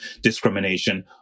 discrimination